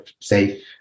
safe